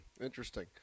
Interesting